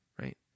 right